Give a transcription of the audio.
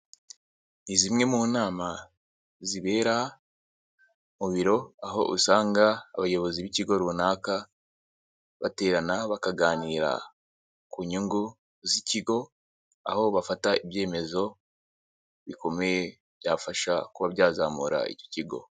Ni zimwe mu nama zibera mu biro, aho usanga abayobozi b'ikigo runaka baterana bakaganira ku nyungu z'ikigo, aho bafata ibyemezo bikomeye byafasha kuba byazamura iki kigo.